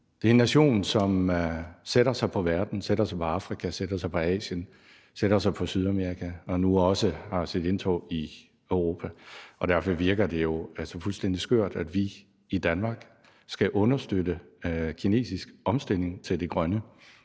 Det er en nation, som sætter sig på verden, sætter sig på Afrika, sætter sig på Asien, sætter sig på Sydamerika og nu også har sit indtog i Europa, og derfor virker det jo fuldstændig skørt, at vi i Danmark skal understøtte kinesisk omstilling til det grønne.